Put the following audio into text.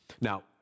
Now